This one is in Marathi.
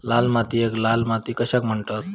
लाल मातीयेक लाल माती कशाक म्हणतत?